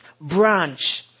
branch